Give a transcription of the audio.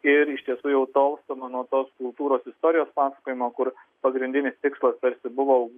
ir iš tiesų jau tolstama nuo tos kultūros istorijos pasakojimo kur pagrindinis tikslas tarsi buvo